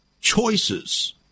choices